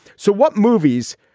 so what movies?